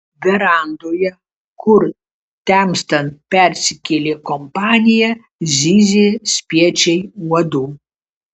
verandoje kur temstant persikėlė kompanija zyzė spiečiai uodų